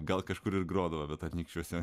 gal kažkur ir grodavo bet anykščiuose